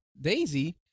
Daisy